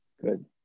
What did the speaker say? Good